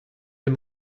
dem